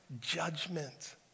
judgment